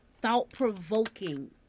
thought-provoking